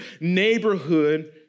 neighborhood